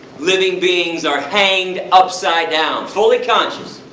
living beings are hanged upside down, fully conscious.